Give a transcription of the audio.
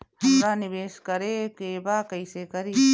हमरा निवेश करे के बा कईसे करी?